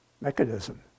mechanism